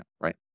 right